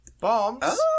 Bombs